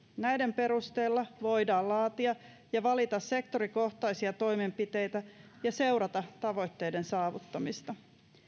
näiden perusteella voidaan laatia ja valita sektorikohtaisia toimenpiteitä ja seurata tavoitteiden saavuttamista